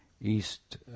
East